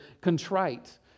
contrite